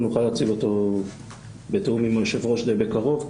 אנחנו נוכל להציג אותו בתיאום עם היושב ראש די בקרוב,